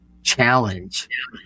Challenge